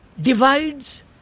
divides